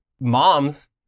moms